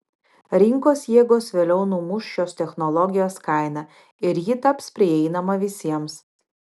rinkos jėgos vėliau numuš šios technologijos kainą ir ji taps prieinama visiems